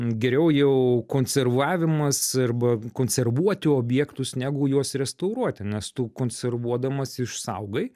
geriau jau konservavimas arba konservuoti objektus negu juos restauruoti nes tu konservuodamas išsaugai